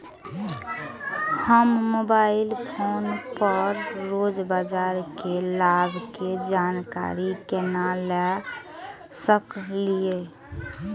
हम mobile phone पर रोज बाजार के भाव के जानकारी केना ले सकलिये?